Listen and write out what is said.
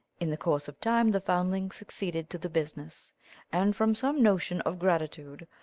in the course of time the foundling succeeded to the business and from some notion of gratitude,